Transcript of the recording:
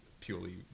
purely